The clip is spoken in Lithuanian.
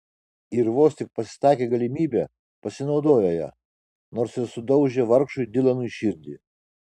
ir vos tik pasitaikė galimybė pasinaudojo ja nors ir sudaužė vargšui dilanui širdį